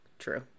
true